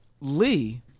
lee